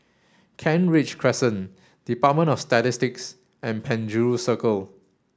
Kent Ridge Crescent Department of Statistics and Penjuru Circle